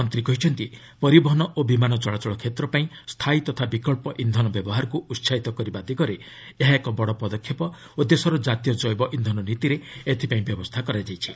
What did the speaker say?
ମନ୍ତ୍ରୀ କହିଛନ୍ତି ପରିବହନ ଓ ବିମାନ ଚଳାଚଳ କ୍ଷେତ୍ର ପାଇଁ ସ୍ଥାୟୀ ତଥା ବିକଳ୍ପ ଇନ୍ଧନ ବ୍ୟବହାରକୁ ଉତ୍କାହିତ କରିବା ଦିଗରେ ଏହା ଏକ ବଡ଼ ପଦକ୍ଷେପ ଓ ଦେଶର ଜାତୀୟ ଜେବ ଜ ୍ଇନ୍ଧନ ନୀତିରେ ଏଥିପାଇଁ ବ୍ୟବସ୍ଥା କରାଯାଇଛି